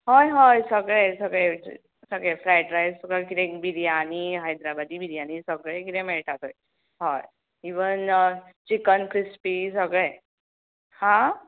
हय हय सगळें सगळें सगळें फ्रायड रायस तुका कितें बिरयानी हायद्राबादी बिरयानी सगळें कितें मेळटा थंय हय इवन चिकन क्रिस्पी सगळें हां